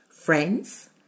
Friends